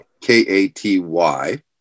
K-A-T-Y